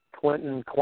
Clinton